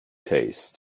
taste